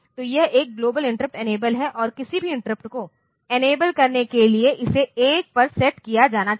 तो यह एक ग्लोबल इंटरप्ट इनेबल है और किसी भी इंटरप्ट को इनेबल करने के लिए इसे 1 पर सेट किया जाना चाहिए